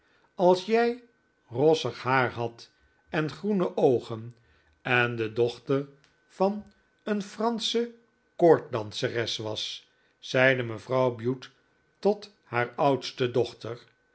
als jij rossig haar had en groene oogen en de dochter van een fransche koorddanseres was zeide mevrouw bute tot haar oudste dochter